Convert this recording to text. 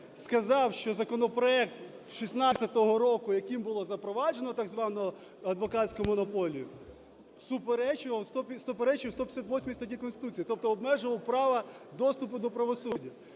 сказав, що законопроект 16-го року, яким було запроваджено так звану адвокатську монополію, суперечив 158 статті Конституції, тобто обмежував право доступу до правосуддя.